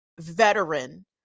veteran